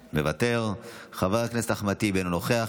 מוותר, חבר הכנסת אחמד טיבי, אינו נוכח.